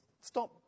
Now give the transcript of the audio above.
stop